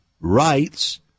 rights